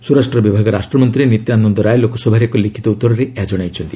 ସ୍ୱରାଷ୍ଟ୍ର ବିଭାଗ ରାଷ୍ଟ୍ରମନ୍ତ୍ରୀ ନିତ୍ୟାନନ୍ଦ ରାୟ ଲୋକସଭାରେ ଏକ ଲିଖିତ ଉତ୍ତରରେ ଏହା ଜଣାଇଛନ୍ତି